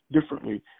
differently